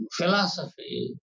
philosophy